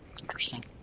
Interesting